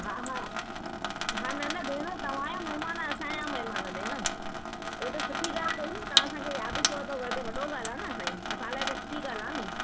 हा हा हा न न भेण तव्हांजा महिमान असांजा महिमान भेण उहो त सुठी ॻाल्हि कई न तव्हां असांखे यादि कयो अथव वॾे वॾी ॻाल्हि आहे न साईं असां लाइ त सुठी ॻाल्हि आहे नी